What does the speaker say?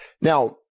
Now